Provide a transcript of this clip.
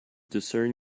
discern